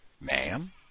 ma'am